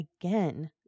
again